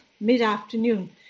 mid-afternoon